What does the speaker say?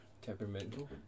Temperamental